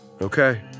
Okay